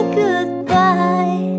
goodbye